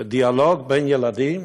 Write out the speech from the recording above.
בדיאלוג בין ילדים